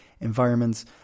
environments